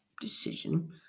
decision